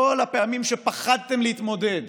כל הפעמים שפחדתם להתמודד